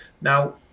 Now